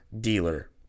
dealer